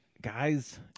Guys